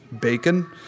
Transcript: Bacon